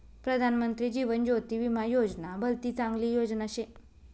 प्रधानमंत्री जीवन ज्योती विमा योजना भलती चांगली योजना शे